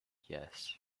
yes